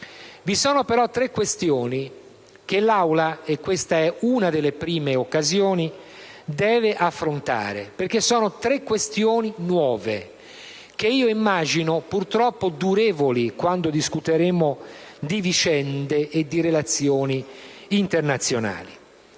Vi sono però tre questioni che l'Assemblea (e questa è una delle prime occasioni) deve affrontare, perché sono tre questioni nuove che io immagino, purtroppo, durevoli, che emergeranno ogni qual volta discuteremo di vicende e di relazioni internazionali.